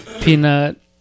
Peanut